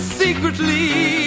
secretly